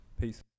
Peace